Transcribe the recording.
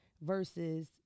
versus